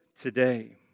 today